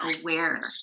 aware